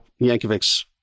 Yankovic's